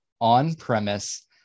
on-premise